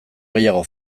gehiago